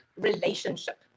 relationship